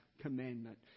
commandment